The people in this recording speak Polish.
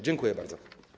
Dziękuję bardzo.